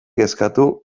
kezkatu